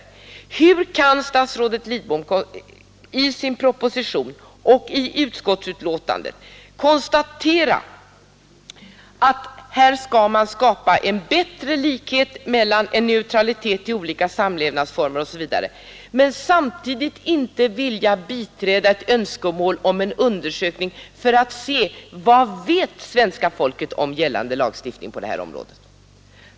Det är glädjande att jag nu har tillfälle att till statsrådet Lidbom ställa den fråga som för mig så länge varit angelägen: Hur kan statsrådet Lidbom i sin proposition konstatera att här skall man skapa en bättre likhet och en neutralitet olika samlevnadsformer emellan och samtidigt inte vilja biträda ett önskemål om en undersökning för att utröna vad svenska folket egentligen vet om gällande lagstiftning på detta område?